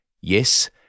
Yes